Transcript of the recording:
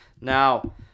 Now